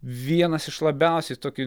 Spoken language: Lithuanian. vienas iš labiausiai tokį